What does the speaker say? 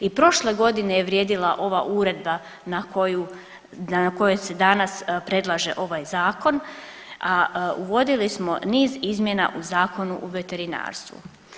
I prošle godine je vrijedila ova Uredba na koju, na kojoj se danas predlaže ovaj Zakon, a uvodili smo niz izmjena u Zakonu o veterinarstvu.